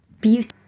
beauty